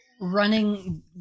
running